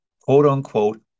quote-unquote